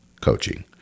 coaching